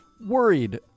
worried